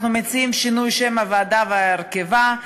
אנחנו מציעים שינוי שם הוועדה והרכבה.